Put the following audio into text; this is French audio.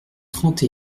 trente